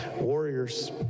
Warriors